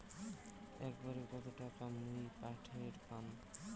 একবারে কত টাকা মুই পাঠের পাম?